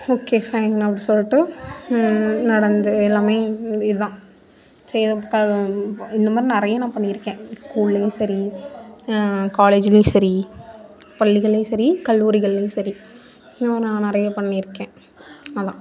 okay fine அப்படி சொல்லிட்டு நடந்து எல்லாமே இதுதான் இந்த மாதிரி நிறைய நான் பண்ணியிருக்கேன் ஸ்கூல்லேயும் சரி காலேஜ்லேயும் சரி பள்ளிகள்லேயும் சரி கல்லூரிகள்லேயும் சரி இன்னும் நான் நிறைய பண்ணியிருக்கேன் அதுதான்